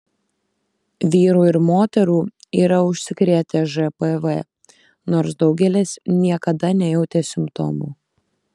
vyrų ir moterų yra užsikrėtę žpv nors daugelis niekada nejautė simptomų